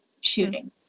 shooting